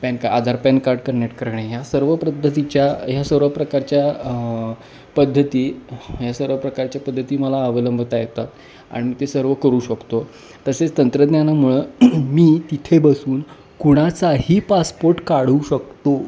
pan का Aadhaar PAN card connect करणे ह्या सर्व पद्धतीच्या ह्या सर्व प्रकारच्या पद्धती ह्या सर्व प्रकारच्या पद्धती मला अवलंबता येतात आणि ते सर्व करू शकतो तसेच तंत्रज्ञानामुळं मी तिथे बसून कुणाचाही पासपोर्ट काढू शकतो